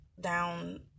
down